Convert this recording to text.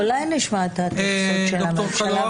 אולי נשמע את התייחסות הממשלה.